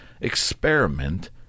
experiment